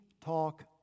talk